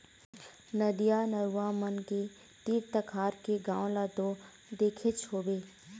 नदिया, नरूवा मन के तीर तखार के गाँव ल तो देखेच होबे